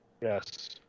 Yes